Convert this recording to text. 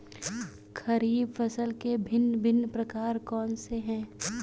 खरीब फसल के भिन भिन प्रकार कौन से हैं?